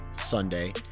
sunday